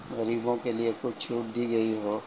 غریبوں کے لیے کچھ چھوٹ دی گئی ہو